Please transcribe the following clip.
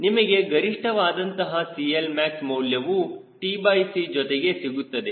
ನಿಮಗೆ ಗರಿಷ್ಠವಾದಂತಹ CLmax ಮೌಲ್ಯವು tc ಜೊತೆಗೆ ಸಿಗುತ್ತದೆ